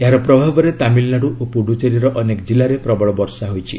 ଏହାର ପ୍ରଭାବରେ ତାମିଲନାଡୁ ଓ ପୁଡ଼ୁଚେରୀର ଅନେକ ଜିଲ୍ଲାରେ ପ୍ରବଳ ବର୍ଷା ହୋଇଛି